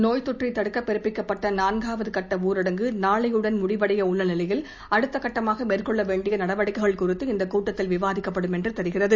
நோய்த்தொற்றை தடுக்க பிறப்பிக்கப்பட்ட நான்காவது கட்ட ஊரடங்கு நாளையுடன் முடிவடைய உள்ள நிலையில் அடுத்தக்கட்டமாக மேற்கொள்ள வேண்டிய நடவடிக்கைகள் குறித்து இந்த கூட்டத்தில் விவாதிக்கப்படும் என்று தெரிகிறது